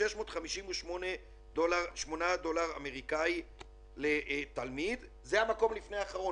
5,658 דולר אמריקאי לתלמיד זה המקום לפני אחרון.